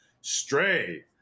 Stray